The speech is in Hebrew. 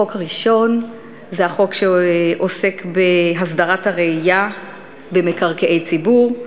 החוק הראשון הוא החוק שעוסק בהסדרת הרעייה במקרקעי ציבור.